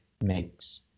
makes